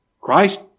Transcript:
Christ